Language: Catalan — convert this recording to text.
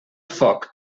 foc